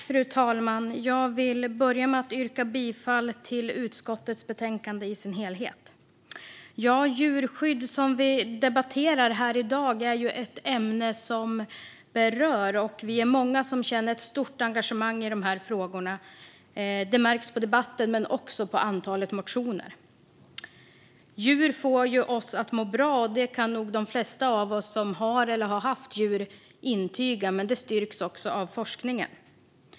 Fru talman! Jag vill börja med att yrka bifall till utskottets förslag. Djurskydd, som vi debatterar här i dag, är ett ämne som berör. Vi är många som känner ett stort engagemang i dessa frågor - det märks på debatten men också på antalet motioner. Djur får oss att må bra. Det kan nog de flesta av oss som har eller har haft djur intyga, och det styrks av forskningen.